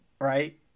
right